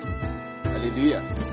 Hallelujah